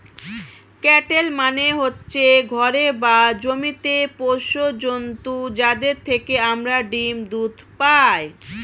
cattle মানে হচ্ছে ঘরে বা জমিতে পোষ্য জন্তু যাদের থেকে আমরা ডিম, দুধ পাই